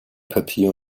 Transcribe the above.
papier